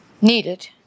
needed